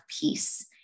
peace